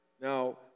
Now